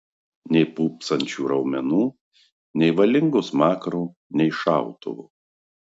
nei pūpsančių raumenų nei valingo smakro nei šautuvo